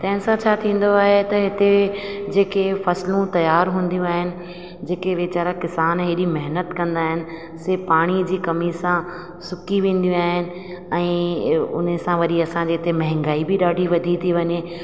तंहिं सां छा थींदो आहे त हिते जेके फसलू तयार हूंदियूं आहिनि जेके वीचारा किसान हेॾी महिनत कंदा आहिनि से पाणीअ जी कमी सां सूकी वेंदियूं आहिनि ऐं हुन सां वरी असांजे हिते महांगाई बि ॾाढी वधी थी वञे